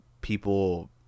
people